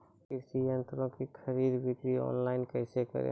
कृषि संयंत्रों की खरीद बिक्री ऑनलाइन कैसे करे?